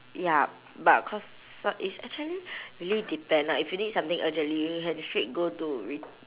yup but cause s~ it's actually really depends lah if you need something urgently you can straight go to re~